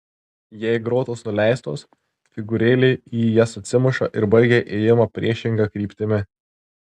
jei grotos nuleistos figūrėlė į jas atsimuša ir baigia ėjimą priešinga kryptimi